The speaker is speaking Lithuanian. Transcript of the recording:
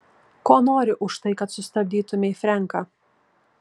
ko nori už tai kad sustabdytumei frenką